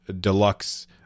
Deluxe